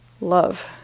love